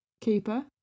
keeper